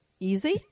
Easy